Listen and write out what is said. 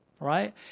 right